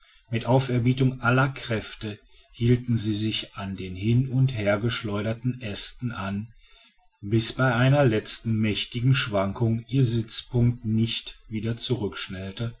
mit aufbietung aller kräfte hielten sie sich an den hin und hergeschleuderten ästen an bis bei einer letzten mächtigen schwankung ihr sitzpunkt nicht wieder